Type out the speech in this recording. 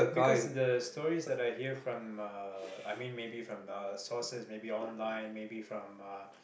because the stories that I hear from uh I mean maybe from uh sources maybe online maybe from uh